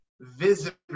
visitor